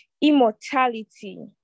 immortality